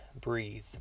breathe